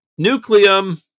Nucleum